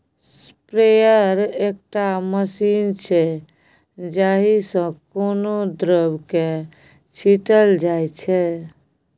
sprayer एकटा machine छै जाहि सँ कोनो द्रब केँ छीटल जाइ छै